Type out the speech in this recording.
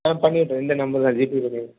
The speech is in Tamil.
ஆ பண்ணிவிட்டுடுங்க இந்த நம்பர்தான் ஜீபே பண்ணி